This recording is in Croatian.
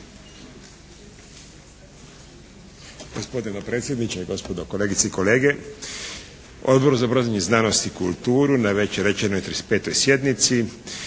Gospodine dopredsjedniče, gospodo, kolegice i kolege! Odbor za obrazovanje, znanost i kulturu na već rečenoj 35. sjednici